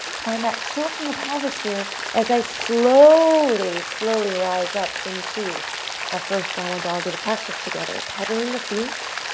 find that tilt in the pelvis here as i slowly, slowly, slowly rise up into our first downward dog. with a practice together, peddling the feet,